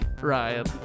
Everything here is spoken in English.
Ryan